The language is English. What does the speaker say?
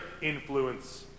influence